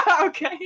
Okay